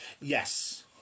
Yes